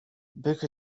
book